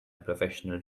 professional